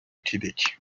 québec